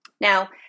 Now